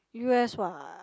u_s what